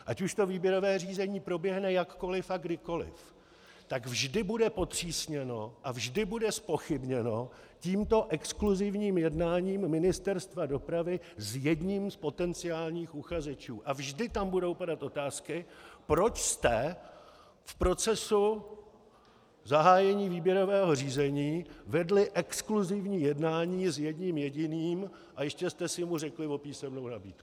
Ať už to výběrové řízení proběhne jakkoliv a kdykoliv, tak vždy bude potřísněno a vždy bude zpochybněno tímto exkluzívním jednáním Ministerstva dopravy s jedním z potenciálních uchazečů a vždy tam budou padat otázky, proč jste v procesu zahájení výběrového řízení vedli exkluzívní jednání s jedním jediným a ještě jste si mu řekli o písemnou nabídku.